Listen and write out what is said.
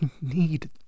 need